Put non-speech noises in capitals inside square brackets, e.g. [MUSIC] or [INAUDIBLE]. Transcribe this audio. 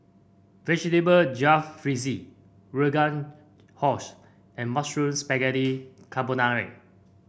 Vegetable Jalfrezi Rogan [UNINTELLIGIBLE] and Mushroom Spaghetti Carbonara